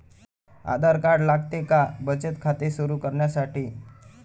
आधार card लागते का बचत खाते सुरू करण्यासाठी?